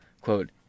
Quote